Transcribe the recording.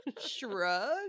Shrug